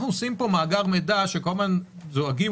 אנחנו עושים כאן מאגר מידע שכל הזמן זועקים,